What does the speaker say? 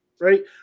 right